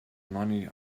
money